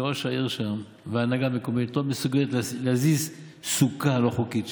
שראש העיר שם וההנהגה המקומית לא מסוגלים להזיז סוכה לא חוקית שם.